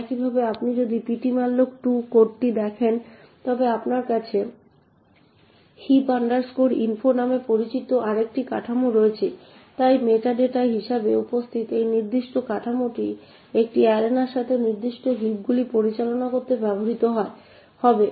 একইভাবে আপনি যদি ptmalloc2 কোডটি দেখেন তবে আপনার কাছে heap info নামে পরিচিত আরেকটি কাঠামো রয়েছে তাই মেটা ডেটা হিসাবে উপস্থিত এই নির্দিষ্ট কাঠামোটি একটি অ্যারেনার সাথে নির্দিষ্ট হিপগুলি পরিচালনা করতে ব্যবহৃত হবে